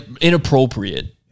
inappropriate